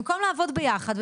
במקום לעבוד ביחד,